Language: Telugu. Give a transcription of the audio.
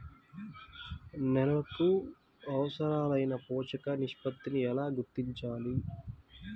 నేలలకు అవసరాలైన పోషక నిష్పత్తిని ఎలా గుర్తించాలి?